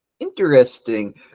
Interesting